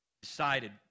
decided